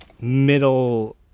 middle